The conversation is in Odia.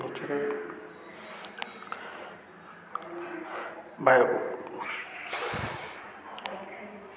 ବାୟୁ